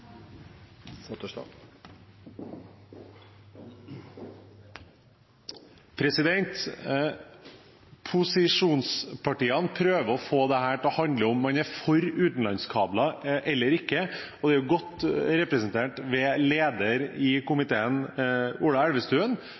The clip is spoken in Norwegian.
i dag. Posisjonspartiene prøver å få dette til å handle om hvorvidt man er for utenlandskabler eller ikke, og det er godt representert ved leder i komiteen, Ola Elvestuen,